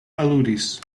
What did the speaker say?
aludis